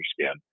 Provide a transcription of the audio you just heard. skin